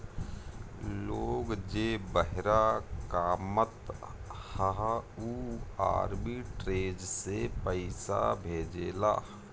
लोग जे बहरा कामत हअ उ आर्बिट्रेज से पईसा भेजेला